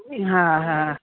हा हा